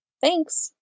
Thanks